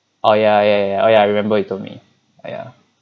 oh ya ya oh ya I remember you told me yeah